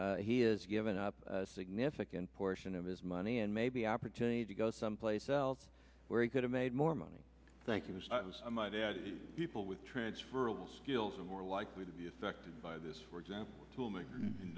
that he is given up a significant portion of his money and maybe opportunity to go someplace else where he could have made more money thank you i might add people with transferable skills are more likely to be affected by this for example